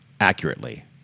accurately